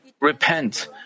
repent